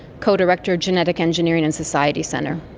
co-director genetic engineering and society centre.